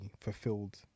fulfilled